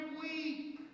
week